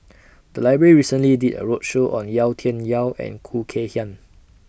The Library recently did A roadshow on Yau Tian Yau and Khoo Kay Hian